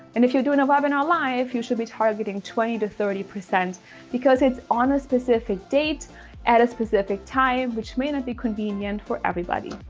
and if you're doing a webinar live, you should be targeting twenty to thirty percent because it's on a specific date at a specific time, which may not be convenient for everybody.